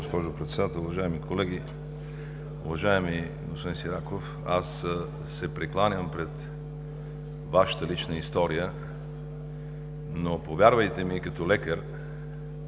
госпожо Председател, уважаеми колеги! Уважаеми господин Сираков, прекланям се пред Вашата лична история, но повярвайте ми като лекар